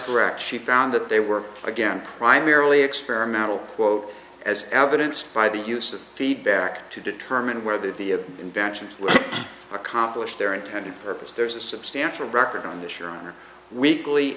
correct she found that they were again primarily experimental quote as evidenced by the use of feedback to determine whether the invention to accomplish their intended purpose there's a substantial record on this urine or weekly